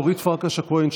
אורית פרקש הכהן,